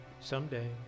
someday